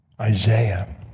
Isaiah